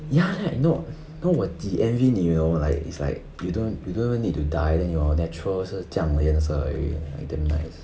ya know know 我几 envy 你 you know like it's like you don't you don't even need to dye then your natural 是这样的颜色 eh like damn nice